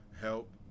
Help